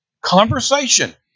conversation